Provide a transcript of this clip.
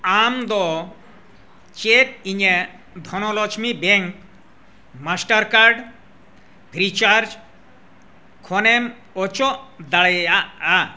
ᱟᱢ ᱫᱚ ᱪᱮᱫ ᱤᱧᱟᱹᱜ Dhanlaxmi bank Mastercard free charge ᱠᱷᱚᱱᱮᱢ ᱚᱪᱚᱜ ᱫᱟᱲᱮᱭᱟᱜᱼᱟ